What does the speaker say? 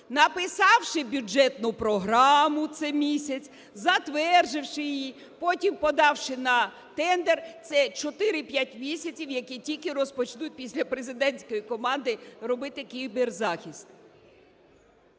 написавши бюджетну програму, це місяць, затвердивши її, потім подавши на тендер. Це 4-5 місяців, які тільки розпочнуть після президентської команди робити кіберзахист.